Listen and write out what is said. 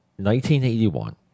1981